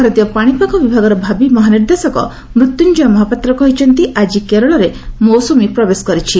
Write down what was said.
ଭାରତୀୟ ପାଣିପାଗ ବିଭାଗର ଭାବି ମହାନିର୍ଦ୍ଦେଶକ ମୃତ୍ୟୁଞ୍ଜୟ ମହାପାତ୍ର କହିଛନ୍ତି ଆଜି କେରଳରେ ମୌସୁମୀ ପ୍ରବେଶ କରିଛି